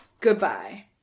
Goodbye